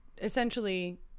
essentially